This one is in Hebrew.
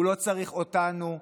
הוא לא צריך אותנו,